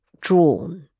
drawn